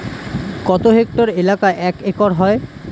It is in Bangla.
কত হেক্টর এলাকা এক একর হয়?